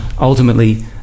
ultimately